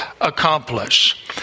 accomplish